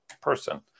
person